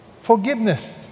Forgiveness